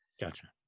Gotcha